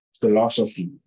philosophy